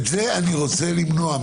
את זה אני רוצה למנוע,